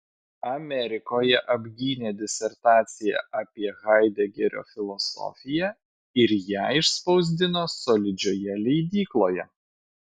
amerikoje apgynė disertaciją apie haidegerio filosofiją ir ją išspausdino solidžioje leidykloje